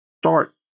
start